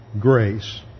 grace